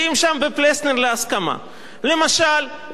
למשל, כשהממשלה הביאה את תוכנית המיסוי.